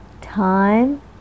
time